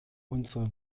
unseren